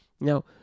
Now